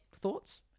Thoughts